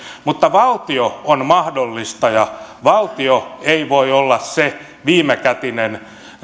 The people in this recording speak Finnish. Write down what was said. mutta valtio on mahdollistaja valtio ei voi olla se viimekätinen